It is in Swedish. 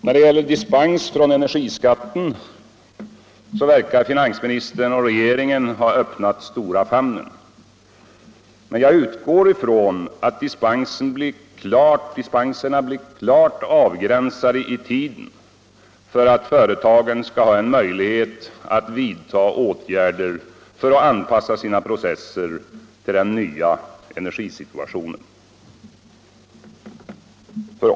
När det gäller dispens från energiskatten verkar finansministern och regeringen ha öppnat stora famnen, men jag utgår från att dispenserna blir klart avgränsade i tiden för att företagen skall ha en möjlighet att vidta åtgärder för att anpassa sina processer till den nya energisituationen.